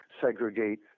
segregate